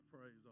Praise